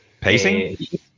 Pacing